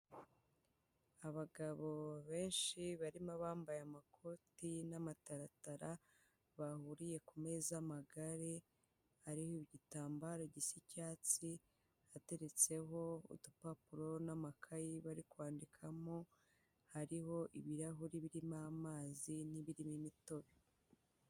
Abagabo benshi barimo abambaye amakoti n'amataratara, bahuriye ku meza n'amagari ariho igitambara gisa icyatsi, hateretseho udupapuro n'amakayi bari kwandikamo, hariho ibirahuri birimo amazi n'ibirimo imitobe.